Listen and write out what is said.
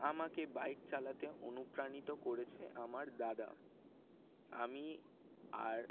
আমাকে বাইক চালাতে অনুপ্রাণিত করেছে আমার দাদা আমি আর